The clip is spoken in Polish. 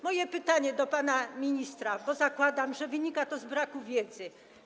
Moje pytanie do pana ministra, bo zakładam, że wynika to z braku wiedzy.